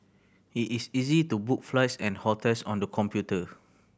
it is easy to book flights and hotels on the computer